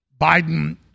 Biden